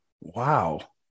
Wow